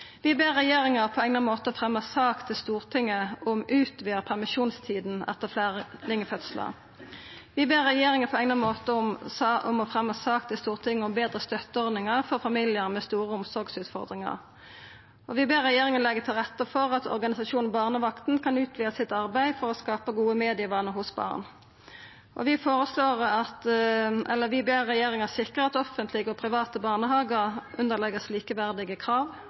ber regjeringen på egnet måte fremme sak til Stortinget om å utvide permisjonstiden etter flerlingfødsler.» «Stortinget ber regjeringen på egnet måte fremme sak til Stortinget om bedre støtteordninger for familier med store omsorgsutfordringer.» «Stortinget ber regjeringen legge til rette for at organisasjonen Barnevakten kan utvide sitt arbeid for å skape gode medievaner hos barn.» «Stortinget ber regjeringen sikre at offentlige og private barnehager underlegges likeverdige krav,